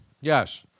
Yes